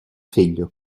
figlio